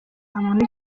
muntu